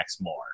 more